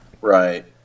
Right